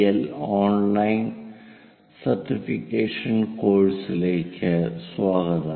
L online certification കോഴ്സുകളിലേക്ക് സ്വാഗതം